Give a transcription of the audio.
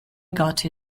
got